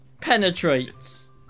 penetrates